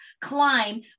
climb